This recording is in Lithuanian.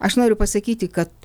aš noriu pasakyti kad